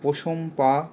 প্রথম পা